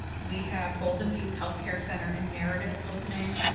we have golden view healthcare center in meredith opening.